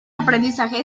aprendizaje